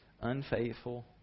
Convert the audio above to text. unfaithful